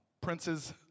princes